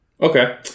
Okay